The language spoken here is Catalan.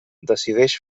decideix